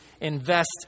invest